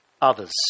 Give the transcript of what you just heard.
others